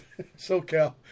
SoCal